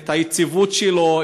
את היציבות שלו,